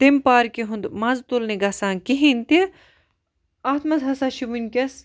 تمہ پارکہِ ہُنٛد مَزٕ تُلنہِ گَژھان کِہیٖنۍ تہِ اتھ مَنٛز ہَسا چھُ ونکیٚس